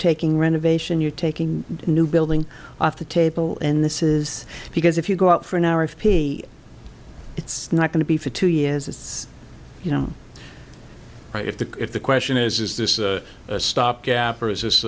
taking renovation you're taking new building off the table and this is because if you go out for an hour of pay it's not going to be for two years it's you know if the if the question is is this a stopgap or is